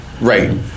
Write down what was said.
Right